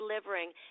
delivering